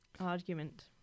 argument